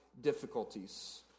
difficulties